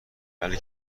بله